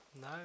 No